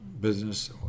business